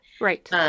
right